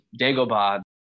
Dagobah